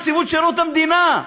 נציבות שירות המדינה,